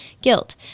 guilt